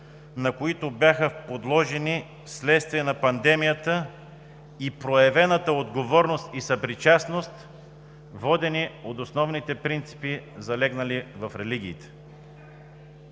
на които бяха подложени вследствие на пандемията, и проявената отговорност и съпричастност, водени от основните принципи, залегнали в религиите.